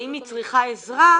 ואם היא צריכה עזרה,